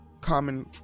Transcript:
common